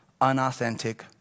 unauthentic